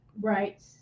right